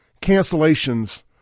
cancellations